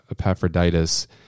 Epaphroditus